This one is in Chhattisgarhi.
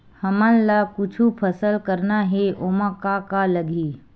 हमन ला कुछु फसल करना हे ओमा का का लगही?